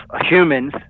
humans